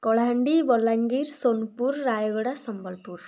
Kalahandi Balangir Sonepur Rayagada Sambalpur